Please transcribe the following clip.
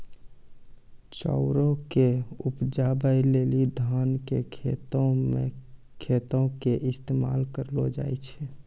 चाउरो के उपजाबै लेली धान के खेतो के इस्तेमाल करलो जाय छै